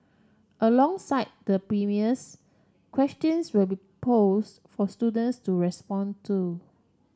alongside the premiers questions will be pose for students to respond to